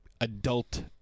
adult